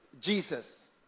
Jesus